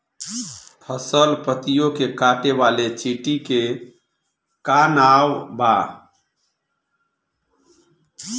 फसल पतियो के काटे वाले चिटि के का नाव बा?